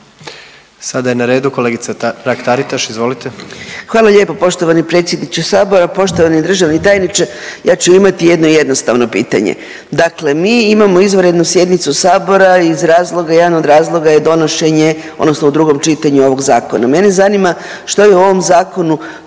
Sada je na redu kolegica Mrak-Taritaš, izvolite. **Mrak-Taritaš, Anka (GLAS)** Hvala lijepo poštovani predsjedniče sabora. Poštovani državni tajniče, ja ću imati jedno jednostavno pitanje. Dakle mi imamo izvanrednu sjednicu sabora iz razloga, jedan od razloga je donošenje odnosno u drugom čitanju ovog zakona. Mene zanima što je u ovom zakonu